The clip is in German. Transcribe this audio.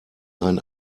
ein